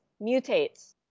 mutates